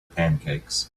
pancakes